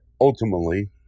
ultimately